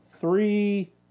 three